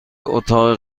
اتاق